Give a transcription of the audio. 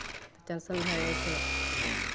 tension भए जाइ छै